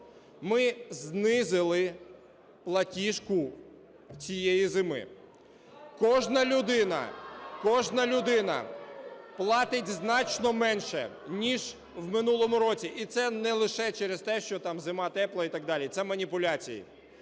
Ми знизили платіжку цієї зими, кожна людина, кожна людина платить значно менше, ніж в минулому році, і це не лише через те, що зима тепла і так далі, це маніпуляції.